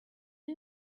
you